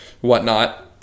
whatnot